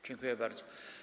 Dziękuję bardzo.